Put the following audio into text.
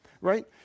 right